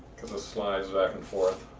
slides back and forth,